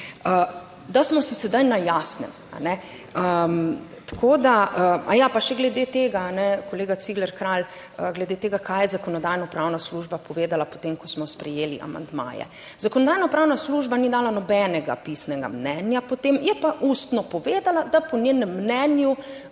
Da smo si sedaj na jasnem, kajne. Tako da, aja, pa še glede tega, kolega Cigler Kralj, glede tega kaj je Zakonodajno-pravna služba povedala potem, ko smo sprejeli amandmaje. Zakonodajno-pravna služba ni dala nobenega pisnega mnenja potem, je pa ustno povedala, da po njenem mnenju,